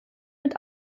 mit